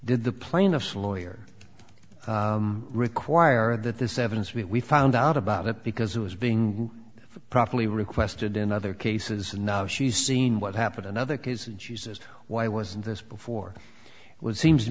did the plaintiff's lawyer require that this evidence we found out about it because it was being properly requested in other cases and now she's seen what happened another case and she says why wasn't this before it was seems to